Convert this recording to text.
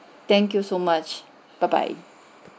thank you so much bye bye